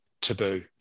taboo